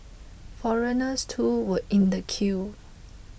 foreigners too were in the queue